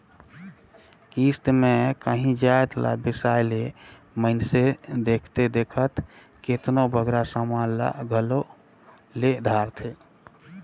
किस्त में कांही जाएत ला बेसाए ले मइनसे देखथे देखत केतनों बगरा समान ल घलो ले धारथे